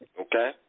Okay